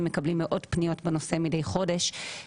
מקבלים מאות פניות בנושא מדי חודש.